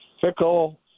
fickle